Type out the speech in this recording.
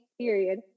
period